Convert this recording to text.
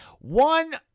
One